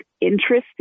interested